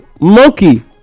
monkey